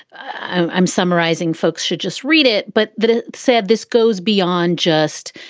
i'm summarizing, folks should just read it. but that ah said, this goes beyond just,